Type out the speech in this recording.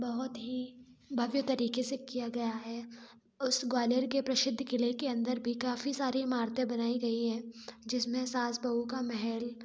बहुत ही भव्य तरीके से किया गया है उस ग्वालियर के प्रसिद्ध किले के अंदर भी काफ़ी सारी इमारतें बनाई गई हैं जिसमें सास बहू का महल